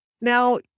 Now